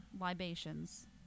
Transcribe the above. libations